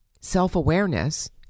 self-awareness